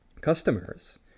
customers